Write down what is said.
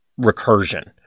recursion